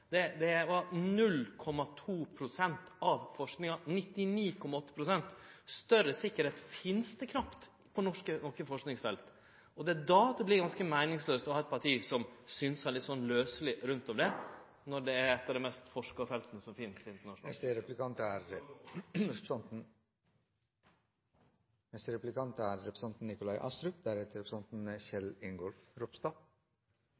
sånn. Det er 0,2 pst. av forskinga. 99,8 pst – større sikkerheit finst det knapt på noko forskingsfelt. Det er da det vert ganske meiningslaust å ha eit parti som synsar litt sånn lausleg rundt det – når det er eit av dei felta det er forska mest på internasjonalt. Det er ganske spesielt å høre statsråden si at det blir mindre miljøvern med Høyre i